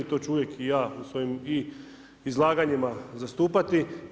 To ću uvijek i ja u svojim i izlaganjima zastupati.